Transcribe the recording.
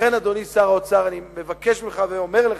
לכן, אדוני שר האוצר, אני מבקש ממך ואומר לך: